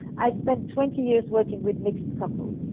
i spent twenty years working with mixed couples,